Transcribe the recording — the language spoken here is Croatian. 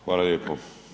Hvala lijepo.